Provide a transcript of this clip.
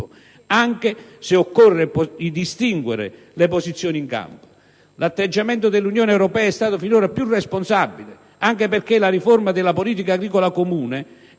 Anche se occorre distinguere le posizioni in campo. L'atteggiamento dell'Unione europea è stato finora più responsabile anche perché la riforma della Politica agricola comune